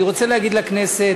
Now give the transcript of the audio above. אני רוצה להגיד לכנסת